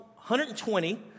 120